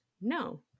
no